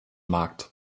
markt